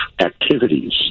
activities